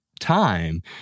time